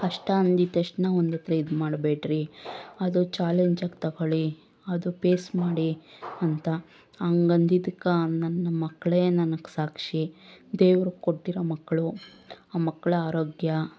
ಕಷ್ಟ ಅಂದಿದ ತಕ್ಷಣ ಒಂದತ್ರ ಇದು ಮಾಡಬೇಡ್ರಿ ಅದು ಚಾಲೆಂಜಾಗಿ ತೊಗೋಳ್ಳಿ ಅದು ಪೇಸ್ ಮಾಡಿ ಅಂತ ಹಂಗೆ ಅಂದಿದಕ್ಕೆ ನನ್ನ ಮಕ್ಕಳೇ ನನಗೆ ಸಾಕ್ಷಿ ದೇವರು ಕೊಟ್ಟಿರೋ ಮಕ್ಕಳು ಆ ಮಕ್ಕಳ ಆರೋಗ್ಯ